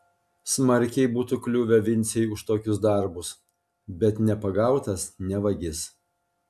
smarkiai būtų kliuvę vincei už tokius darbus bet nepagautas ne vagis